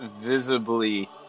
visibly